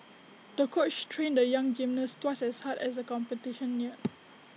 the coach trained the young gymnast twice as hard as the competition neared